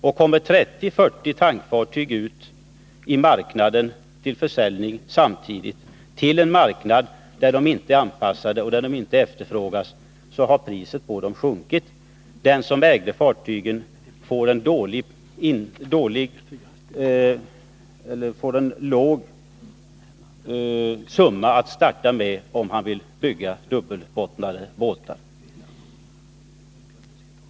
Och kommer 3040 tankfartyg ut till försäljning i marknaden samtidigt — en marknad till vilken de inte är anpassade och där de inte efterfrågas — har priset på dem sjunkit. De som äger fartygen får en låg summa att starta med om de vill bygga dubbelbottnade båtar.